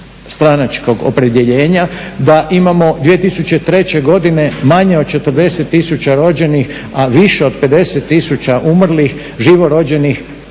stranačkog opredjeljenja. Da imamo 2003. godine manje od 40 tisuća rođenih a više od 50 tisuća umrlih, živorođenih